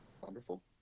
Wonderful